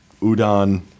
udon